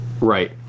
right